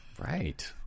Right